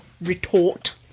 retort